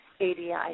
ADI